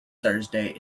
thursday